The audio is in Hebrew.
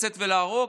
לצאת ולהרוג,